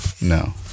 no